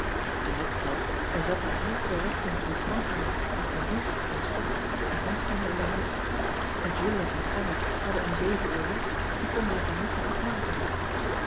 n elk geval hij zat daar heel correct in de ontvangkamer met zijn hoed en stok en handschoenen in de hand n ulia en allie hadden om zeven uur les en konden zich daar niet van afmaken